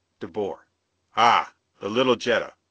de boer ah the little jetta!